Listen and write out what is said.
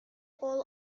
all